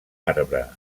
arbre